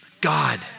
God